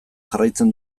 jarraitzen